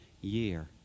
year